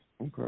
Okay